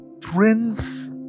prince